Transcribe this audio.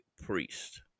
Priest